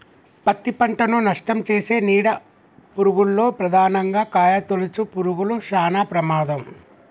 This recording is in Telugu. పత్తి పంటను నష్టంచేసే నీడ పురుగుల్లో ప్రధానంగా కాయతొలుచు పురుగులు శానా ప్రమాదం